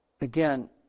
Again